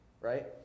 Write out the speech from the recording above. right